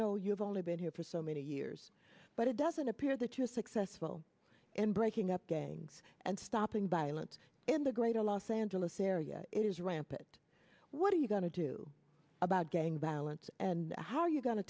know you've only been here for so many years but it doesn't appear that you're successful in breaking up gangs and stopping violence in the greater los angeles area is rampant what are you going to do about gang balance and how are you go